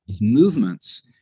movements